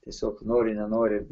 tiesiog nori nenori